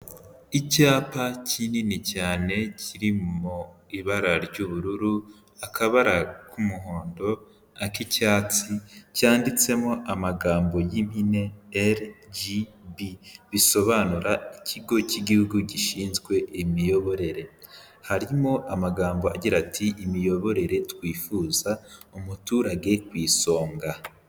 Icyapa kinini cyane kirimo ibara ry'ubururu, akabara k'umuhondo, ak'icyatsi, cyanditsemo amagambo y'impine RGB, bisobanura ikigo cy'igihugu gishinzwe imiyoborere, harimo amagambo agira ati imiyoborere twifuza umuturage ku isonga.